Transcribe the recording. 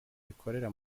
rikorera